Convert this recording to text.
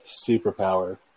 superpower